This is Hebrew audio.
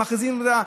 ומכריזים נגדה,